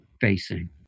facing